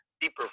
deeper